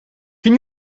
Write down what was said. can